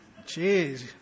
Jeez